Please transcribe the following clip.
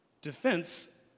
Defense